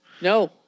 No